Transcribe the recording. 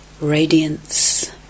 radiance